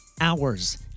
hours